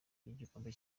ry’igikombe